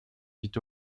vit